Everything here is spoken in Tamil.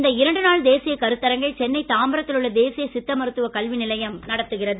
இந்த இரண்டு நாள் தேசிய கருத்தரங்கை சென்னை தாம்பரத்தில் உள்ள தேசிய சித்த மருத்துவ கல்வி நிலையம் நடத்துகிறது